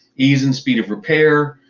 ease and speed of repair,